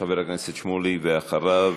חבר הכנסת שמולי, ואחריו,